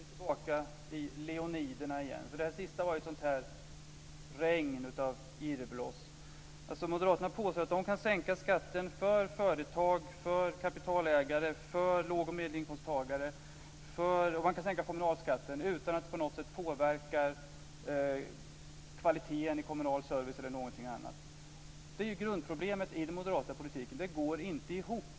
Herr talman! Därmed är vi tillbaka i Leoniderna igen. Det här sista var ett regn av irrbloss. Moderaterna påstår att de kan sänka skatten för företag, för kapitalägare, för låg och medelinkomsttagare samt kommunalskatten utan att det på något sätt påverkar kvaliteten på den kommunala servicen eller någonting annat. Detta är grundproblemet i den moderata politiken. Det går inte ihop.